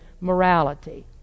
morality